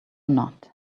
not